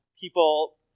people